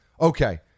okay